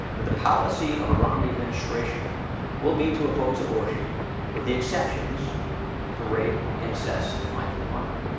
but the policy of a romney administration will be to oppose abortion with the exceptions for rape, incest and life of the mother.